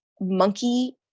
monkey